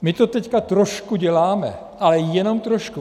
My to teď trošku děláme, ale jenom trošku.